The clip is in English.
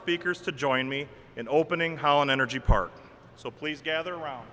speakers to join me in opening how an energy park so please gather around